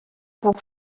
puc